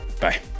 Bye